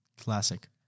Classic